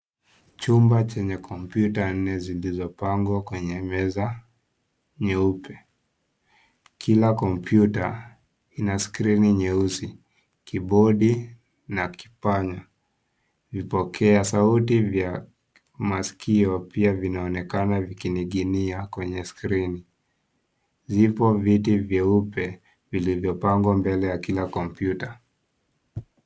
Chumba chenye kompyura nne zilizo pangwa kwenye meza, nyeupe, kila kompyuta, ina skrini nyeusi, kibodi na kipanya, vipokea sauti vya maskio pia vinaonekana vikinginia kwenye skrini, vipo viti vyeupe vilivyopangwa mbele ya kila kompyuta.